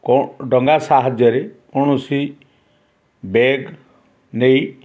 ଡ଼ଙ୍ଗା ସାହାଯ୍ୟରେ କୌଣସି ବ୍ୟାଗ୍ ନେଇ